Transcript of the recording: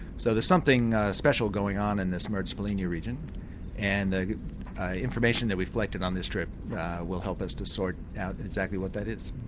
so there's something special going on in this mertz polynya region and the information that we've collected on this trip will help us to sort out exactly what that is.